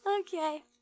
Okay